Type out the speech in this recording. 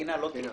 לא תיקוף.